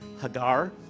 Hagar